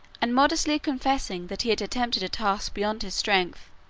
and modestly confessing that he had attempted a task beyond his strength,